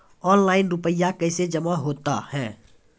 Online रुपये कैसे जमा होता हैं?